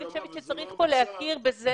אני חושבת שצריך פה להכיר בזה,